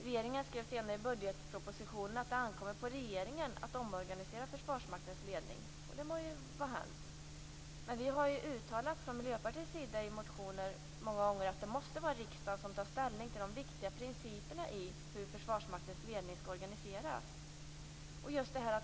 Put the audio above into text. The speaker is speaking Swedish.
Regeringen skrev senare i budgetpropositionen att det ankommer på regeringen att omorganisera Försvarsmaktens ledning. Det må vara hänt, men Miljöpartiet har i motioner många gånger uttalat att det måste vara riksdagen som tar ställning till de viktiga principerna i hur Försvarsmaktens ledning skall organiseras.